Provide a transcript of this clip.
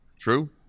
true